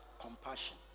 compassion